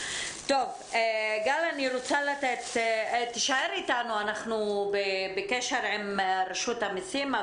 גל, תישאר אתנו, אנחנו בקשר עם רשות המסים.